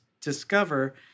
discover